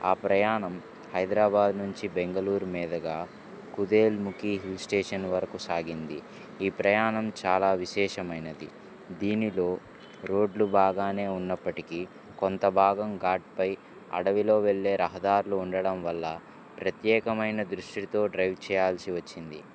ఆ ప్రయాణం హైదరాబాద్ నుంచి బెంగళూరు మీదగా కుద్రేముఖ్ హిల్ స్టేషన్ వరకు సాగింది ఈ ప్రయాణం చాలా విశేషమైనది దీనిలో రోడ్లు బాగానే ఉన్నప్పటికి కొంత భాగం ఘట్ పై అడవిలో వెళ్లే రహదారులు ఉండడం వల్ల ప్రత్యేకమైన దృష్టితో డ్రైవ్ చేయాల్సి వచ్చింది